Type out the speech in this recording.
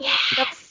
Yes